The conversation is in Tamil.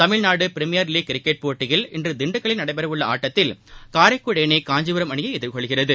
தமிழ்நாடு பிரிமியர் லீக் கிரிக்கெட் போட்டியில் இன்று திண்டுக்கல்லில் நடைபெறவுள்ள ஆட்டத்தில் காரைக்குடி அணி காஞ்சிபுரம் அணியை எதிர்கொள்கிறது